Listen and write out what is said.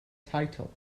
title